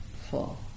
full